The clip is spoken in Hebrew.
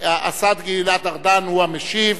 הוא המשיב.